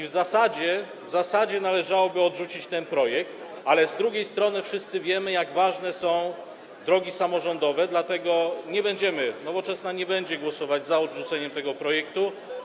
W zasadzie należałoby odrzucić ten projekt, ale z drugiej strony wszyscy wiemy, jak ważne są drogi samorządowe, dlatego Nowoczesna nie będzie głosować za odrzuceniem tego projektu.